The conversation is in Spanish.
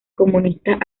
comunistas